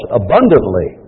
abundantly